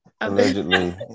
Allegedly